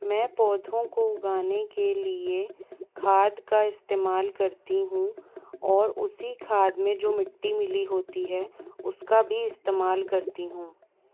मैं पौधों को उगाने के लिए खाद का इस्तेमाल करती हूँ और उसी खाद में जो मिट्टी मिली होती है उसका भी इस्तेमाल करती हूँ